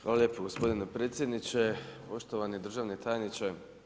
Hvala lijepo gospodine predsjedniče, poštovani državni tajniče.